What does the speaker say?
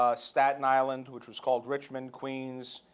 ah staten island, which was called richmond, queens,